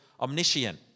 omniscient